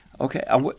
Okay